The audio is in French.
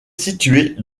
située